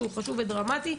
שהוא חשוב ודרמטי,